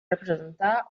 representar